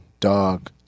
dog